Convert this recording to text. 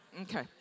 Okay